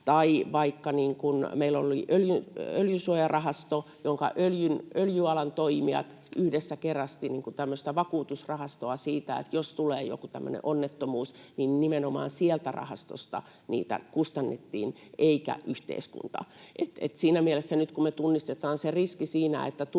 oli vaikka Öljysuojarahasto, jossa öljyalan toimijat yhdessä keräsivät tämmöistä vakuutusrahastoa siitä, että jos tulee joku tämmöinen onnettomuus, niin nimenomaan sieltä rahastosta niitä kustannettiin eikä yhteiskunta. Siinä mielessä nyt kun me tunnistetaan riski siinä, että